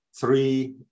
three